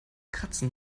kratzen